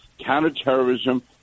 counterterrorism